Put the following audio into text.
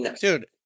Dude